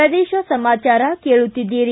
ಪ್ರದೇಶ ಸಮಾಚಾರ ಕೇಳುತ್ತೀದ್ದಿರಿ